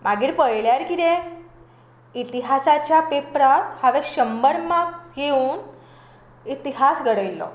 मागीर पळयल्यार कितें इतिहासाच्या पेपरार हांवें शंबर मार्क घेवन इतिहास घडयिल्लो